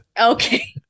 Okay